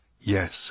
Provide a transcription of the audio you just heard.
Yes